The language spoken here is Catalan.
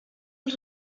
els